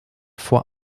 vor